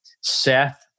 Seth